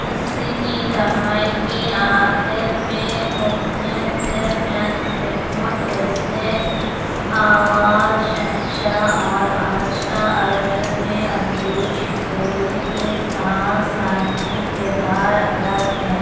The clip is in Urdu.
اسّی کی دہائی کے آخر میں اس نے صرف چند فلموں جیسے آواز شہنشاہ اور آج کا ارجن میں امریش پوری کے ساتھ ثانوی کردار ادا کیا